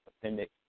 appendix